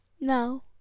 No